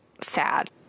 sad